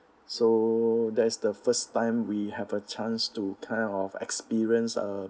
so that's the first time we have a chance to kind of experience a